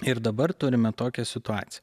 ir dabar turime tokią situaciją